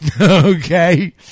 Okay